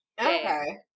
Okay